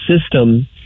system